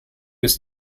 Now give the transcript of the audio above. ist